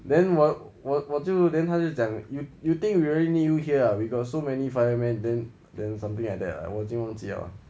then 我我我就 then 他就讲 you you think really need you here ah we got so many fireman then then something like that lah 我就不接 liao